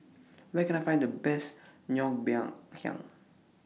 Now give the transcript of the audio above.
Where Can I Find The Best Ngoh Hiang